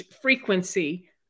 frequency